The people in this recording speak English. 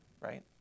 right